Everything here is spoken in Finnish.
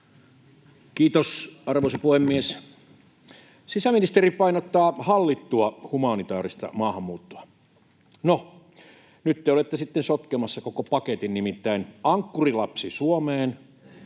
Kiitos, arvoisa puhemies! Sisäministeri painottaa hallittua humanitääristä maahanmuuttoa. No, nyt te olette sitten sotkemassa koko paketin, nimittäin ankkurilapsi Suomeen,